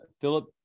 Philip